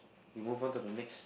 we move on to the next